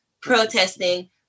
protesting